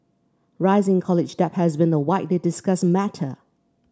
rising college debt has been a widely discussed matter